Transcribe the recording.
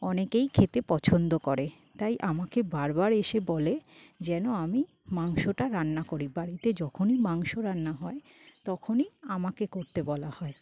অনেকেই খেতে পছন্দ করে তাই আমাকে বার বার এসে বলে যেন আমি মাংসটা রান্না করি বাড়িতে যখনই মাংস রান্না হয় তখনই আমাকে করতে বলা হয়